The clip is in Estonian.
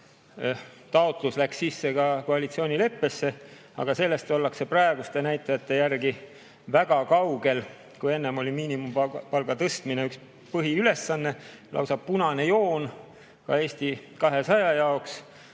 täitmine läks sisse ka koalitsioonileppesse, aga sellest ollakse praeguste näitajate järgi väga kaugel. Kui enne oli [õpetajate] miinimumpalga tõstmine üks põhiülesanne, lausa punane joon ka Eesti 200 jaoks,